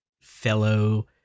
fellow